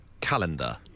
calendar